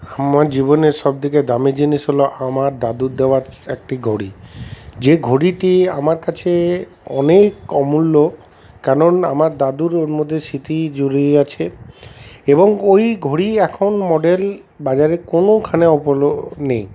আমার জীবনের সব থেকে দামি জিনিস হল আমার দাদুর দেওয়া একটি ঘড়ি যে ঘড়িটি আমার কাছে অনেক অমূল্য কারণ আমার দাদুর ওর মধ্যে স্মৃতি জড়িয়ে আছে এবং ওই ঘড়ি এখন মডেল বাজারে কোনোখানে নেই